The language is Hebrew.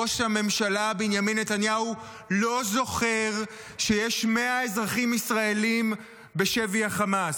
ראש הממשלה בנימין נתניהו לא זוכר שיש מאה אזרחים ישראלים בשבי החמאס.